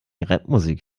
rapmusik